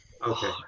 Okay